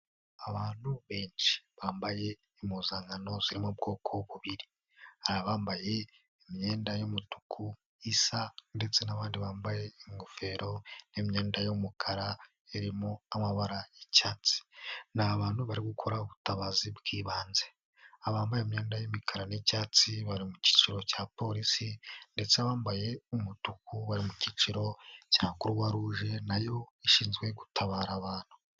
Abantu benshi bambaye impuzankano zo mu bwoko bubiri, hari abambaye imyenda y'umutuku isa ndetse n'abandi bambaye ingofero n'imyenda y'umukara irimo amabara y'icyatsi, ni abantu bari gukora ubutabazi bw'ibanze, aba bambaye imyenda y'imikara n'icyatsi bari mu cyiciro cya polisi ndetse bambaye umutuku bari mu cyiciro cya Croix Rouge na yo ishinzwe gutabara abantu.